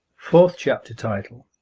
first chapter title